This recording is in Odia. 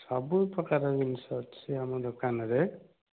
ସବୁ ପ୍ରକାର ଜିନିଷ ଅଛି ଆମ ଦୋକାନରେ